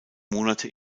monate